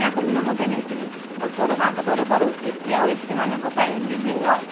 ବ୍ୟାଙ୍କରୁ ଋଣ ମଧ୍ୟ ନେଇଥିଲେ ଆଉ ସରକାରଙ୍କ ତରଫରୁ ଏସ୍ ସି ଆଉ ଏସ୍ ଟି ମାନଙ୍କ ପାଇଁ ବିଭିନ୍ନ